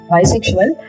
Bisexual